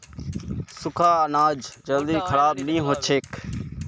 सुख्खा अनाज जल्दी खराब नी हछेक